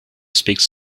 speaks